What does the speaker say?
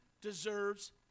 deserves